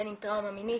בין אם טראומה מינית,